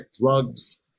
drugs